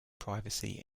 privacy